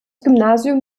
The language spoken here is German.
gymnasium